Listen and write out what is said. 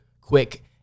quick